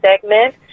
segment